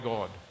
God